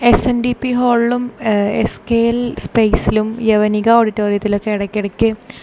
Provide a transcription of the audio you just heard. S N D P ഹോളിലും S K L സ്പേസിലും യവനിക ഓഡിറ്റോറിയത്തിലും ഒക്കെ ഇടയ്ക്കിടയ്ക്ക്